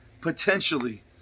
potentially